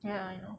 ya I know